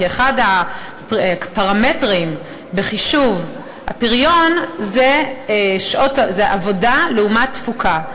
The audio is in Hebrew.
כי אחד הפרמטרים בחישוב פריון זה עבודה לעומת תפוקה,